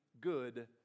good